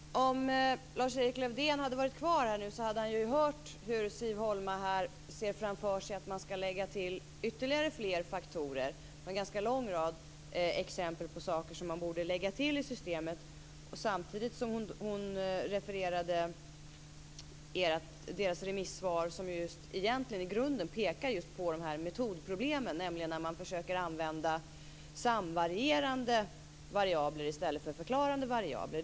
Fru talman! Om Lars-Erik Lövdén hade varit kvar i kammaren hade han hört hur Siv Holma här ser framför sig att man skall lägga till ytterligare faktorer. Det var en ganska lång rad med exempel på saker som man borde lägga till i systemet. Samtidigt refererade hon Vänsterpartiets remissvar, som i grunden pekar just på metodproblemen: att man försöker använda samvarierande variabler i stället för förklarande variabler.